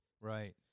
Right